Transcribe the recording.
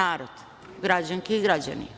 narod. Građanke i građani.